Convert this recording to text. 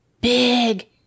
big